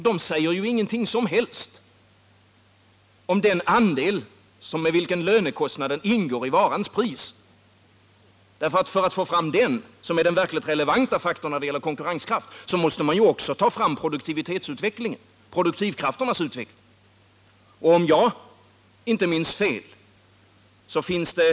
De säger ju ingenting som helst om den andel med vilken lönekostnaden ingår i varans pris. För att få fram den andelen, som är den verkligt relevanta faktorn när det gäller konkurrenskraften, måste man också ta hänsyn till produktivitetsutvecklingen.